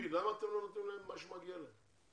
למה אתם לא נותנים להם מה שמגיע להם?